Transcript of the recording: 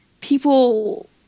people